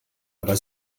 aber